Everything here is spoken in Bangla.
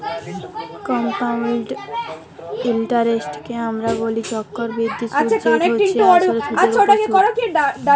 কমপাউল্ড ইলটারেস্টকে আমরা ব্যলি চক্করবৃদ্ধি সুদ যেট হছে আসলে সুদের উপর সুদ